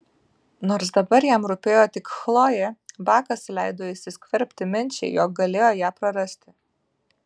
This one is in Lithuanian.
nors dabar jam rūpėjo tik chlojė bakas leido įsiskverbti minčiai jog galėjo ją prarasti